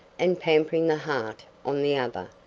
and pampering the heart on the other,